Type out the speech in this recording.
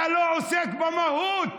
אתה לא עוסק במהות.